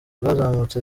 bwazamutse